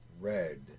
red